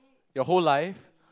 your whole life